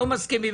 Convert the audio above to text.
לא מסכימים.